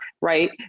right